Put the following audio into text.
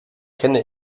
kenne